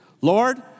Lord